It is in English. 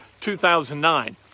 2009